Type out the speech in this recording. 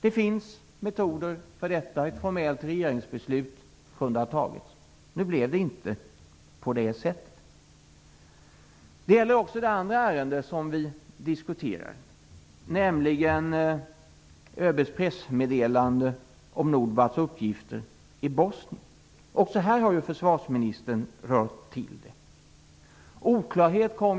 Det finns metoder för detta: ett formellt regeringsbeslut kunde ha fattats. Nu blev det inte på det sättet. Det gäller också det andra ärende som vi diskuterar, nämligen ÖB:s pressmeddelande om NORDBAT:s uppgifter i Bosnien. Också här har ju försvarsministern rört till det.